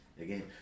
again